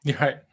Right